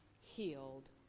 healed